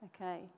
okay